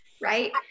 Right